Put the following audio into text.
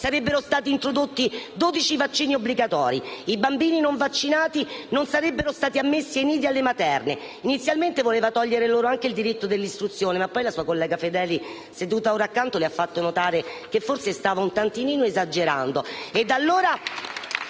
sarebbero stati introdotti dodici vaccini obbligatori e che i bambini non vaccinati non sarebbero stati ammessi ai nidi e alle materne. Inizialmente, lei voleva togliere loro anche il diritto all'istruzione, ma poi la sua collega Fedeli, sedutale ora accanto, le ha fatto presente che stava leggermente esagerando!